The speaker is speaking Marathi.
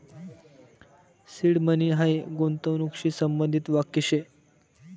सीड मनी हायी गूंतवणूकशी संबंधित वाक्य शे